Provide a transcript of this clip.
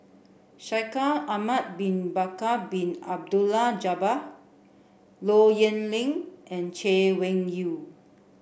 Shaikh Ahmad bin Bakar Bin Abdullah Jabbar Low Yen Ling and Chay Weng Yew